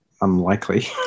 unlikely